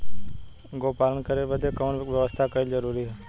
गोपालन करे बदे कवन कवन व्यवस्था कइल जरूरी ह?